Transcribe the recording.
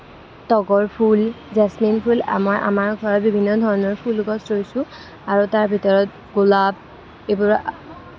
তগৰ ফুল জেচমিন ফুল আমাৰ আমাৰ ঘৰত বিভিন্ন ধৰণৰ ফুল গছ ৰুইছোঁ আৰু তাৰ ভিতৰত গোলাপ এইবোৰ